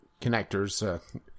connectors